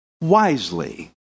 wisely